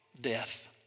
death